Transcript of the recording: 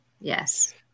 Yes